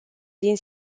din